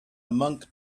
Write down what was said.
monk